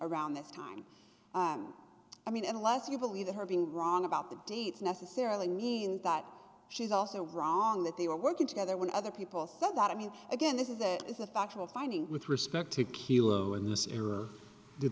around this time i mean unless you believe that her being wrong about the dates necessarily mean that she's also wrong that they were working together with other people so that i mean again this is that is a factual finding with respect to kilo and this error that